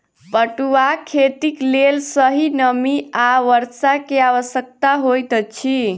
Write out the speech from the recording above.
पटुआक खेतीक लेल सही नमी आ वर्षा के आवश्यकता होइत अछि